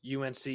UNC